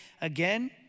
again